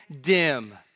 dim